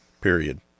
period